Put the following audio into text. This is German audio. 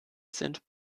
sind